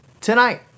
tonight